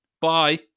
Bye